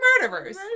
Murderers